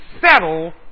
settle